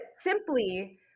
simply